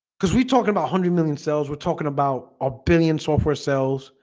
cuz we talking about a hundred million cells we're talking about opinnion software cells,